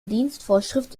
dienstvorschrift